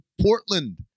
Portland